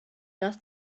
does